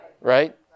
right